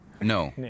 No